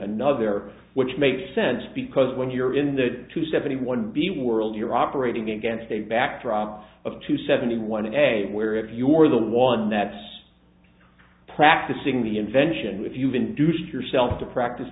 another which makes sense because when you're in the two seventy one b world you're operating against a backdrop of two seventy one a where if you're the one that's practicing the invention which you've been douches yourself to practice